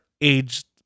aged